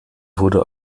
wurde